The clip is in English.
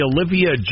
Olivia